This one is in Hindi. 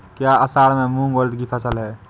क्या असड़ में मूंग उर्द कि फसल है?